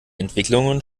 entwicklungen